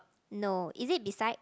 no is it beside